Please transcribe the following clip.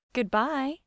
Goodbye